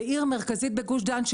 בעיר מרכזית בגוש דן,